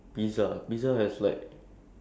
for me about food probably